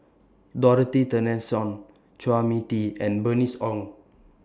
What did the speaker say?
Dorothy Tessensohn Chua Mia Tee and Bernice Ong